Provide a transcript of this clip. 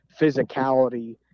physicality